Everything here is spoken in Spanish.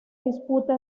disputa